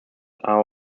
are